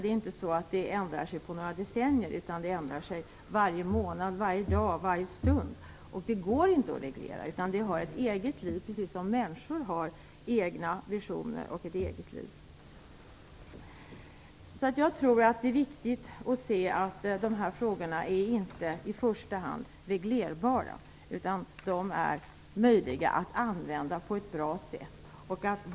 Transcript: Det ändrar sig inte på några decennier - det ändrar sig varje månad, varje dag och varje stund. Det går inte att reglera, utan det har ett eget liv, precis som människor har egna visioner och ett eget liv. Jag tror att det är viktigt att se att IT inte i första hand är reglerbart, utan IT är möjligt att använda på ett bra sätt.